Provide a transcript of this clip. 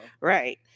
right